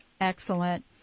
Excellent